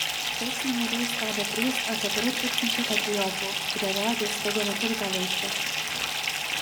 veiksmą niūriai stebi trys ar keturi tūkstančiai etiopų kurie regis daugiau neturi ką veikti